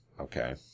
okay